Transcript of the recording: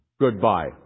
goodbye